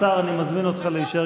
בסוף מי שרוצחים אותן פה הן נשים.